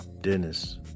Dennis